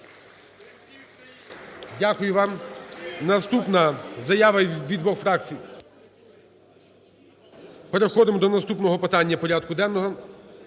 Дякую вам. Наступна: заява від двох фракцій. Переходимо до наступного питання порядку денного.